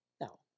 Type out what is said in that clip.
Now